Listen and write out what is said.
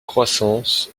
croissance